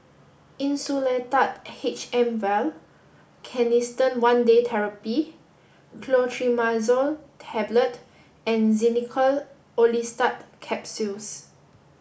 Insulatard H M Vial Canesten one Day Therapy Clotrimazole Tablet and Xenical Orlistat Capsules